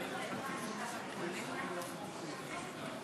כליאתם של לוחמים בלתי חוקיים (תיקון